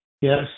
Yes